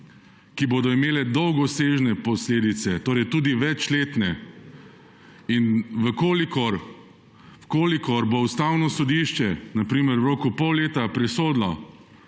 ki bodo imele dolgosežne posledice, tudi večletne. Če bo Ustavno sodišče na primer v roku pol leta presodilo,